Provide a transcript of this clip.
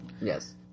Yes